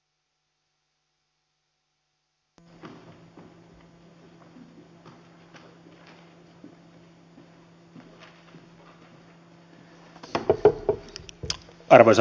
arvoisa herra puhemies